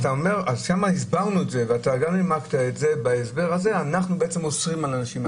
שם הסברנו את זה וגם אתה נימקת את זה בהסבר שאנחנו אוסרים על אנשים.